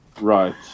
Right